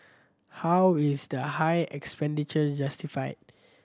how is the high expenditure justified